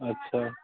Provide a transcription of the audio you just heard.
अच्छा